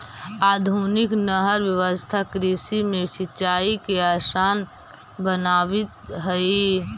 आधुनिक नहर व्यवस्था कृषि में सिंचाई के आसान बनावित हइ